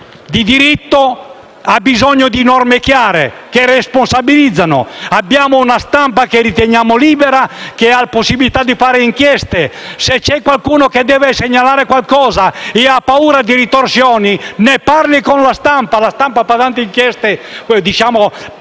di diritto ha bisogno di norme chiare, che responsabilizzino. Abbiamo una stampa che riteniamo libera, che ha possibilità di fare inchieste, se c'è qualcuno che deve segnalare qualcosa e ha paura di ritorsioni ne parli con la stampa; la stampa fa tante inchieste banali,